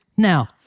Now